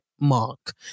mark